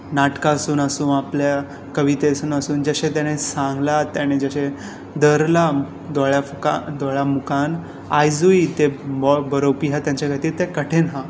नाटकां सून आसूं आपल्या कविते सून आसूं जशें तेणें सांगलां तेणें जशें धरलां दोळ्यां मुखान आयजूय जे बरोवपी आसात तांचे खातीर तें कठीण आसा